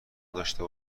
داشته